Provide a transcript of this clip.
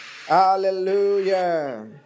Hallelujah